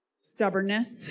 stubbornness